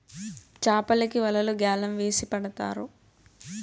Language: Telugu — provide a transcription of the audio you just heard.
చాపలకి వలలు గ్యాలం వేసి పడతారు